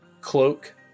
Cloak